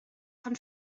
von